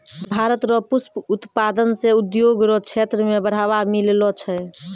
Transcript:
भारत रो पुष्प उत्पादन से उद्योग रो क्षेत्र मे बढ़ावा मिललो छै